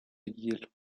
hielo